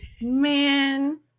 man